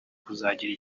kuzagira